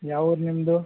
ಯಾವೂರು ನಿಮ್ಮದು